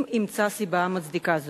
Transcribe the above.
אם ימצא סיבה מצדיקה זאת.